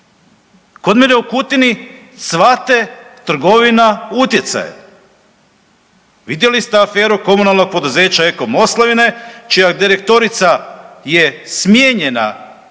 Kod mene u Kutini cvate trgovina utjecajem. Vidjeli ste aferu komunalnog poduzeća Eko-Moslavine čija je direktorica je smijenjena neki